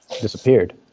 Disappeared